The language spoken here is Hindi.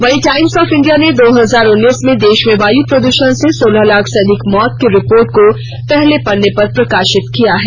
वहीं द टाइम्स ऑफ इंडिया ने दो हजार उन्नीस में देश में वायु प्रदूषण से सोलह लाख से अधिक मौत की रिपोर्ट को पहले पन्ने पर प्रकाशित किया है